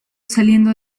saliendo